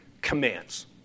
commands